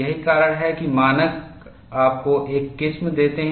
यही कारण है कि मानक आपको एक किस्म देते हैं